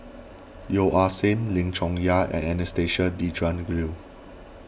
Yeo Ah Seng Lim Chong Yah and Anastasia Tjendri Liew